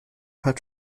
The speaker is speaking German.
hat